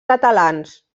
catalans